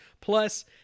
Plus